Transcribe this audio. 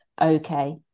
okay